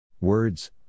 Words